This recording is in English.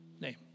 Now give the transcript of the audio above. name